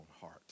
heart